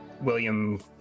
william